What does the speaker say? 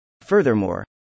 Furthermore